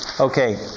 Okay